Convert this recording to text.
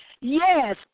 Yes